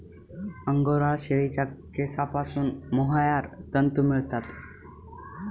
angora शेळीच्या केसांपासून mohair तंतू मिळतात